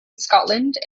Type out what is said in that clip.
scotland